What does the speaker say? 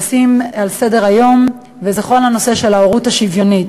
אני רוצה לשים על סדר-היום את כל הנושא של ההורות השוויונית.